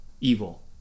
evil